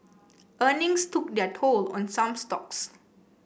earnings took their toll on some stocks